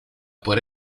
por